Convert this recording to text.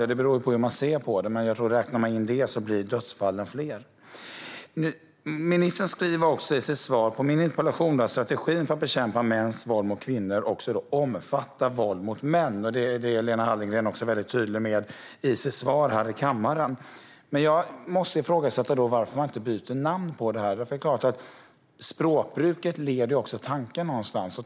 Det beror förstås på hur man ser på det, men om man räknar in sådana fall blir dödsfallen fler. Ministern skriver i svaret på min interpellation att strategin för att bekämpa mäns våld mot kvinnor också omfattar våld mot män. Detta är Lena Hallengren också tydlig med i sitt svar här i kammaren. Men jag måste då ifrågasätta varför man inte byter namn på det hela. Språkbruket leder ju också tanken någonstans.